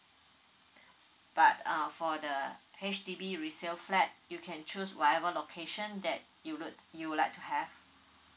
but uh for the H_D_B resale flat you can choose whatever location that you would you like to have